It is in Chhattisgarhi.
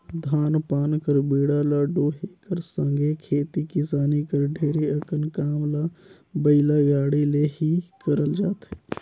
धान पान कर बीड़ा ल डोहे कर संघे खेती किसानी कर ढेरे अकन काम ल बइला गाड़ा ले ही करल जाथे